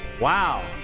Wow